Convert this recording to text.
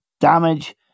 damage